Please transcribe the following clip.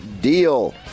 deal